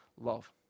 love